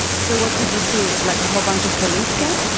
so what did you see? like a whole bunch of police came?